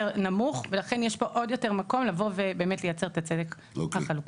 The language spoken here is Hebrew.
נמוך ולכן יש פה עוד יותר מקום לבוא ובאמת לייצר את הצדק החלוקתי.